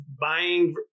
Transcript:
buying